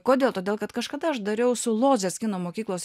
kodėl todėl kad kažkada aš dariau su lodzės kino mokyklos